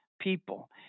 people